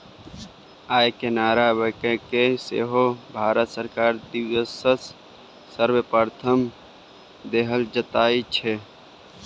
आय केनरा बैंककेँ सेहो भारत सरकार दिससँ समर्थन देल जाइत छै